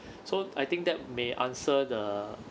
so I think that may answer the